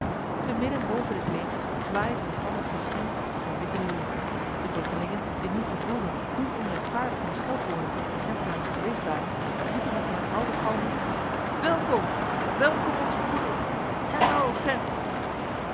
te midden boven dit leger waaide de standaard van gent met zijn witte leeuw de bruggelingen die nu gevoelden hoe onrechtvaardig hun scheldwoorden tegen de gentenaren geweest waren riepen met herhaalde galmen welkom welkom onze broederen heil gent